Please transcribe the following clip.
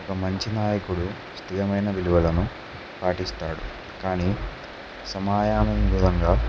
ఒక మంచి నాయకుడు స్థిరమైన విలువలను పాటిస్తాడు కానీ సమయానుకూలంగా